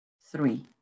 Three